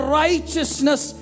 righteousness